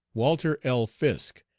walter l. fisk,